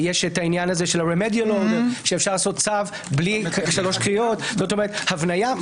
יש העניין שאפשר לעשות צו בלי שלוש קריאות כלומר הבניה,